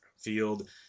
field